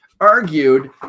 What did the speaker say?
argued